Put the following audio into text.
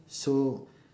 so